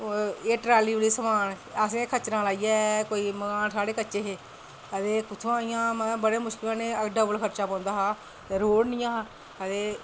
एह् ट्रॉली दा समान असें खच्चरां लाइयै साढ़े मकान कच्चे हे ते कुत्थुआं इंया बड़े मुश्कलें कन्नै डबल खर्चा पौंदा हा ते रोड़ निं हा ते